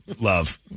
love